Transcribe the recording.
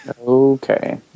Okay